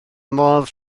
modd